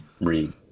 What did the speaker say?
read